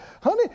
Honey